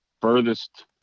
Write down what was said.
furthest